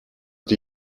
die